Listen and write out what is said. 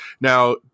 Now